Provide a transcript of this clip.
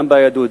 גם ביהדות,